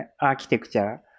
architecture